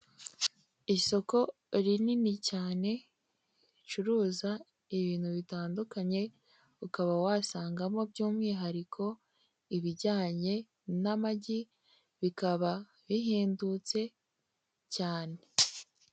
Isoko rinini cyane ricuruza ibintu bitandukanye ukaba wasangamo by'umwihariko ibijyanye n'amagi bikaba bihendutse cyane.